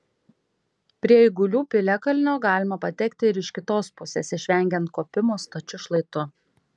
prie eigulių piliakalnio galima patekti ir iš kitos pusės išvengiant kopimo stačiu šlaitu